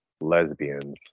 Lesbians